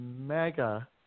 mega